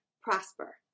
prosper